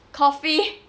coffee